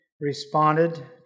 responded